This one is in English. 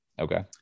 Okay